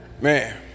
Man